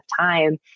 time